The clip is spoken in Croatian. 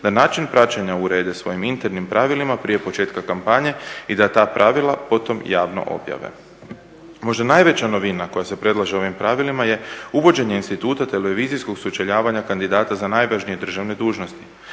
da način praćenja urede svojim internim pravilima prije početka kampanje i da ta pravila potom javno objave. Možda najveća novina koja se predlaže ovim pravilima je uvođenje instituta televizijskog sučeljavanja kandidata za najvažnije državne dužnosti,